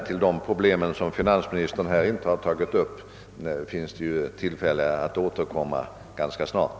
Till dessa problem som finansministern här inte har tagit upp blir det ju tillfälle att återkomma ganska snart.